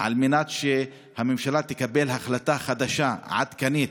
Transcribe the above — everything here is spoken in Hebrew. על מנת שהממשלה תקבל החלטה חדשה, עדכנית.